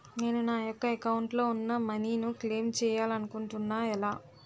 నేను నా యెక్క అకౌంట్ లో ఉన్న మనీ ను క్లైమ్ చేయాలనుకుంటున్నా ఎలా?